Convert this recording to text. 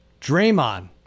Draymond